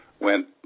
went